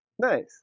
Nice